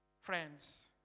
Friends